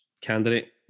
candidate